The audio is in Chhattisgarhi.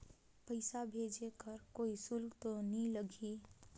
पइसा भेज कर कोई शुल्क तो नी लगही?